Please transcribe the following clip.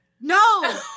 No